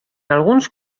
alguns